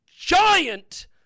giant